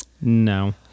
No